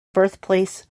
birthplace